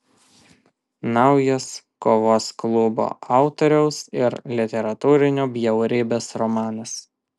naujas kovos klubo autoriaus ir literatūrinio bjaurybės romanas